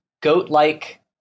goat-like